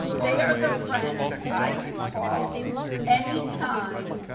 they are the friends i can call anytime,